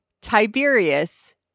Tiberius